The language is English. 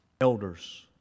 elders